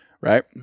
right